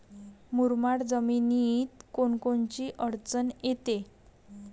मुरमाड जमीनीत कोनकोनची अडचन येते?